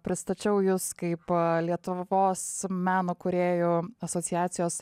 pristačiau jus kaip lietuvos meno kūrėjų asociacijos